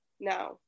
now